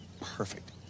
Perfect